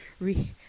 Re-